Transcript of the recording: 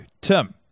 Tim